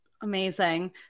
Amazing